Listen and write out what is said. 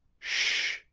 shhh!